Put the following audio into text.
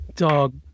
Dog